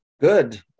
Good